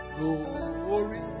Glory